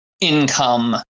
income